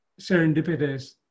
serendipitous